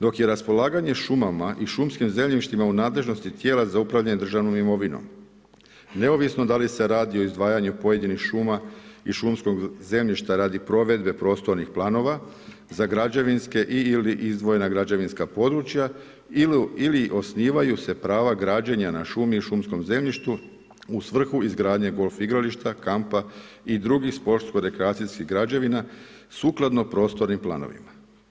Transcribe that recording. Dok je raspolaganje šumama i šumskim zemljištima u nadležnosti tijela za upravljanje državnom imovinom neovisno da li se radi o izdvajanju pojedinih šuma i šumskog zemljišta radi provedbe prostornih planova za građevinske i/ili izdvojena građevinska područja ili osnivaju se prava građenja na šumi i šumskom zemljištu u svrhu izgradnje golf igrališta, kampa i drugih sportsko-rekreacijskih građevina sukladno prostornim planovima.